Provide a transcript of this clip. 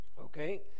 okay